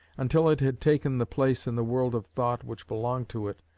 until it had taken the place in the world of thought which belonged to it,